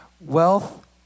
wealth